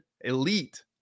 elite